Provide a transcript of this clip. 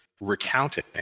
recounting